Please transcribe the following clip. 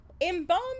embalmed